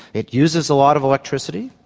it uses a lot of electricity.